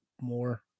more